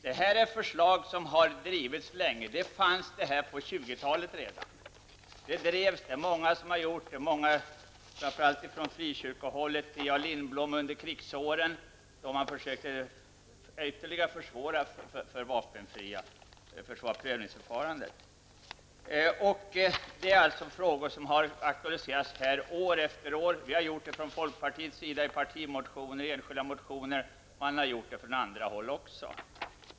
Den här frågan har drivits länge, den var uppe redan på 20-talet. Många har drivit frågan, framför allt från frikyrkohållet under kriget då man försökte försvåra för vapenfria beträffande prövningsförfarandet. Den har aktualiserats år efter år. Vi har gjort från folkpartiets sida partimotioner och enskilda motioner. Andra partier har ju gjort det också.